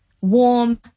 warm